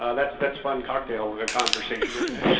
ah that's that's fun cocktail and conversation isn't it?